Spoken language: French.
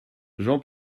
j’en